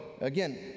Again